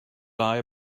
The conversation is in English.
lie